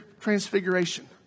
transfiguration